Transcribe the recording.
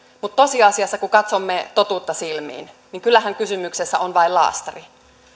mutta tosiasiassa kun katsomme totuutta silmiin kyllähän kysymyksessä on vain laastari